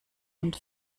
mund